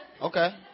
Okay